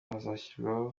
hazashyirwaho